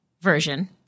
version –